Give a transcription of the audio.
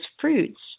fruits